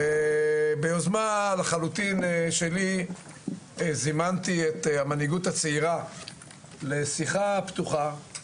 ביוזמה לחלוטין שלי זימנתי את המנהיגות הצעירה לשיחה פתוחה.